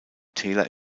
täler